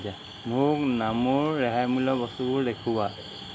মোক নামুৰ ৰেহাই মূল্যৰ বস্তুবোৰ দেখুওৱা